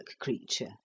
creature